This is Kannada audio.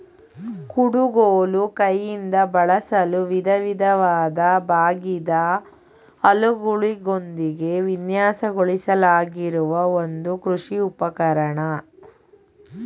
ಕುಡುಗೋಲು ಕೈಯಿಂದ ಬಳಸಲು ವಿಧವಿಧವಾದ ಬಾಗಿದ ಅಲಗುಗಳೊಂದಿಗೆ ವಿನ್ಯಾಸಗೊಳಿಸಲಾಗಿರುವ ಒಂದು ಕೃಷಿ ಉಪಕರಣ